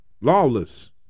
Lawless